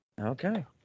Okay